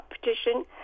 petition